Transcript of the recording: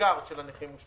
הדיסריגרד של הנכים.